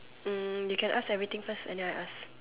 um you can ask everything first and then I ask